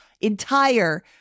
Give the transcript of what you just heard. entire